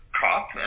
cop